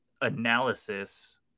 analysis